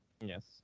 Yes